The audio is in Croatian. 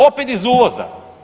Opet iz uvoza.